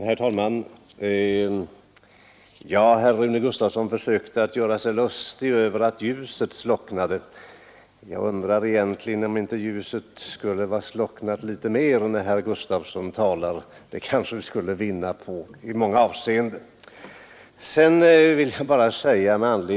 Herr talman! Herr Rune Gustavsson försökte göra sig lustig över att ljuset slocknade. Jag undrar egentligen om inte ljuset skulle slockna litet oftare när herr Gustavsson talar. Det kanske vi skulle vinna på i många avseenden.